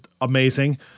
amazing